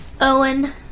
Owen